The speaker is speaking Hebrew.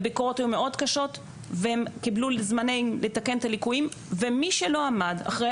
והם קיבלו זמן לתקן את הליקויים ומי שלא עמד אחרי